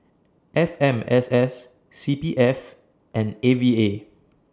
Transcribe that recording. F M S S C P F and A V A